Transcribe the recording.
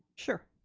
sure.